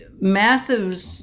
massive